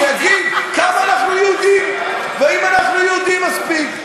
שיגיד כמה אנחנו יהודים ואם אנחנו יהודים מספיק.